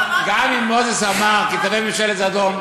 שווה, גם אם מוזס אמר: כי תעביר ממשלת זדון,